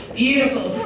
beautiful